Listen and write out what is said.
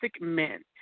men